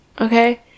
okay